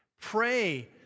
Pray